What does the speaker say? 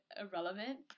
irrelevant